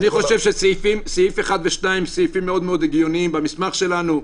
אני חושב שסעיפים 1 ו-2 הם סעיפים מאוד מאוד הגיוניים במסמך שלנו.